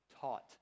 taught